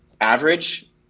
average